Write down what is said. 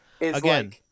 again